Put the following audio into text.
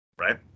right